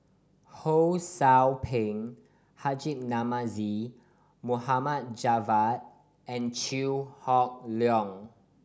Ho Sou Ping Haji Namazie Mohd Javad and Chew Hock Leong